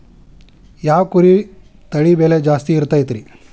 ಯಾವ ಕುರಿ ತಳಿ ಬೆಲೆ ಜಾಸ್ತಿ ಇರತೈತ್ರಿ?